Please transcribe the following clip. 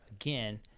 again